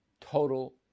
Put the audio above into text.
Total